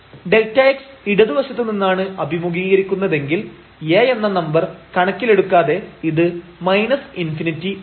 Δ x ഇടതുവശത്തു നിന്നാണ് അഭിമുഖീകരിക്കുന്നതെങ്കിൽ A എന്ന നമ്പർ കണക്കിലെടുക്കാതെ ഇത് ∞ ആവും